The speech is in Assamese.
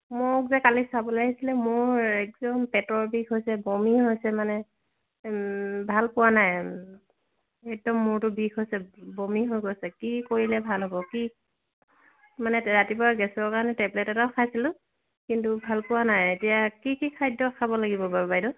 মোক যে কালি চাবলৈ আহিছিলে মোৰ একদম পেটৰ বিষ হৈছে বমি হৈছে মানে ভালপোৱা নাই একদম মূৰটো বিষ হৈছে বমি হৈ গৈছে কি কৰিলে ভাল হ'ব কি মানে ৰাতিপুৱা গেছৰ কাৰণে টেবলেট এটাও খাইছিলোঁ কিন্তু ভাল পোৱা নাই এতিয়া কি কি খাদ্য খাব লাগিব বাৰু বাইদেউ